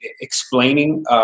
explaining